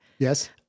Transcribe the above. Yes